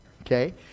okay